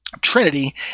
Trinity